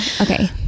okay